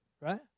right